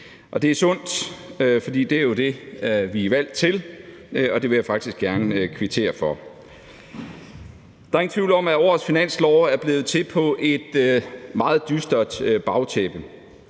det er sundt, for det er jo det, vi er valgt til, og det vil jeg faktisk gerne kvittere for. Der er ingen tvivl om, at årets finanslov er blevet til på et meget dystert bagtæppe.